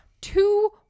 two